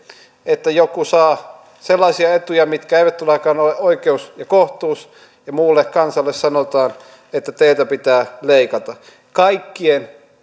että joku saa sellaisia etuja mitkä eivät todellakaan ole oikeus ja kohtuus ja muulle kansalle sanotaan että teiltä pitää leikata kaikkien